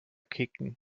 kicken